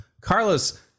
Carlos